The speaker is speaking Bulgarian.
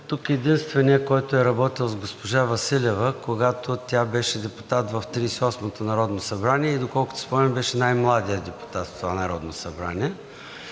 съм единственият, който е работил с госпожа Василева, когато тя беше депутат в Тридесет и осмото народно събрание, и доколкото си спомням, беше най-младият депутат в това Народно събрание.